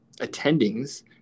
attendings